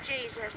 Jesus